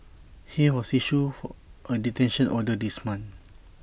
he was issued for A detention order this month